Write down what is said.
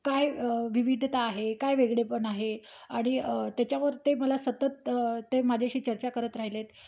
काय विविधता आहे काय वेगळेपण आहे आणि त्याच्यावर ते मला सतत ते माझ्याशी चर्चा करत राहिले आहेत